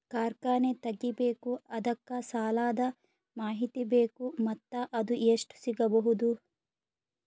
ಕಾರ್ಖಾನೆ ತಗಿಬೇಕು ಅದಕ್ಕ ಸಾಲಾದ ಮಾಹಿತಿ ಬೇಕು ಮತ್ತ ಅದು ಎಷ್ಟು ಸಿಗಬಹುದು?